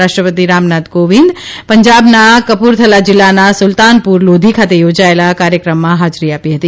રાષ્ટ્રપતિ રામનાથ કોવિંદ પંજાબના કપૂરથલા જિલ્લાના સુલતાનપુર લોધી ખાતે યોજાયોલા કાર્યક્રમમાં હાજરી આપી હતી